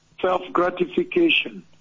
self-gratification